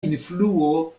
influo